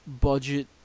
budget